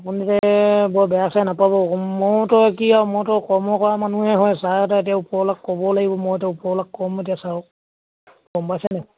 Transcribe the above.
আপোনালোকে বৰ বেয়া চেয়া নাপাব ময়োতো কি আৰু মইতো কৰ্ম কৰা মানুহে হয় ছাৰহঁত এতিয়া ওপৰৱালাক ক'ব লাগিব মইতো ওপৰৱালাক ক'ম এতিয়া ছাৰক গম পাইছেনে